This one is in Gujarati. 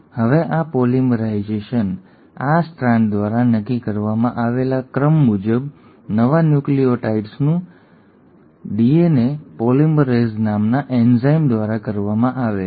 હવે આ પોલિમરાઇઝેશન આ સ્ટ્રાન્ડ દ્વારા નક્કી કરવામાં આવેલા ક્રમ મુજબ નવા ન્યુક્લિઓટાઇડ્સનું આલિંગ ડીએનએ પોલિમરેઝ નામના એન્ઝાઇમ દ્વારા કરવામાં આવે છે